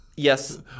Yes